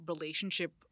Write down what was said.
relationship